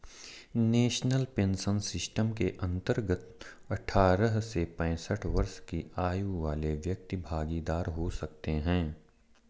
national pension system के अंतर्गत अठारह से पैंसठ वर्ष की आयु वाले व्यक्ति भागीदार हो सकते हैं